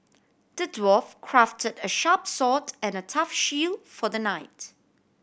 the dwarf crafted a sharp sword and a tough shield for the knight